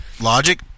Logic